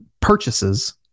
purchases